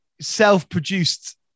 self-produced